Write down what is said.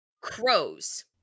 crows